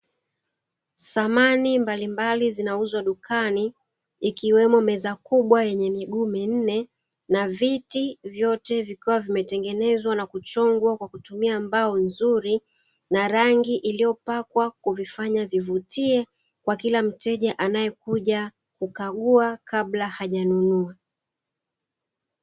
Samani mbalimbali zinauzwa dukani, ikiwemo meza kubwa yenye miguu minne na viti, vyote vikiwa vimetengenezwa na kuchongwa kwa kutumia mbao nzuri na rangi iliyopakwa kuvifanya vivutie kwa kila mteja anaekuja kukagua kabla haja nunua.